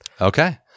Okay